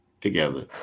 together